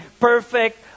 perfect